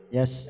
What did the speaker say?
Yes